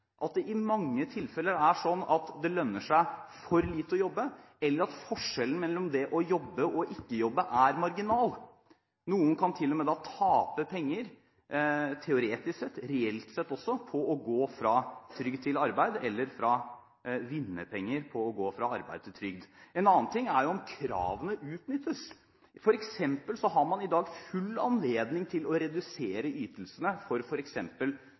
at det i mange tilfeller er sånn at det lønner seg for lite å jobbe, eller at forskjellen mellom det å jobbe og det å ikke jobbe er marginal. Noen kan til og med tape penger teoretisk sett – reelt sett også – på å gå fra trygd til arbeid, eller vinne penger på å gå fra arbeid til trygd. En annen ting er om kravene utnyttes. For eksempel har man i dag full anledning til å redusere i ytelsene